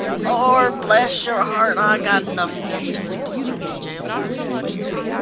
lord bless your heart, i've got enough against you to put you in jail for a year.